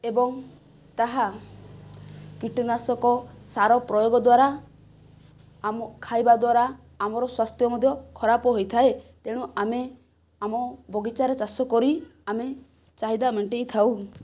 ଏବଂ ତାହା କୀଟନାଶକ ସାର ପ୍ରୟୋଗ ଦ୍ୱାରା ଆମ ଖାଇବା ଦ୍ୱାରା ଆମର ସ୍ୱାସ୍ଥ୍ୟ ମଧ୍ୟ ଖରାପ ହୋଇଥାଏ ତେଣୁ ଆମେ ଆମ ବଗିଚାରେ ଚାଷ କରି ଆମେ ଚାହିଦା ମେଣ୍ଟାଇ ଥାଉ